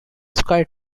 sky